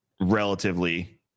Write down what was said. relatively